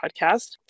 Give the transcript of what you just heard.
podcast